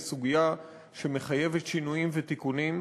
היא סוגיה שמחייבת שינויים ותיקונים.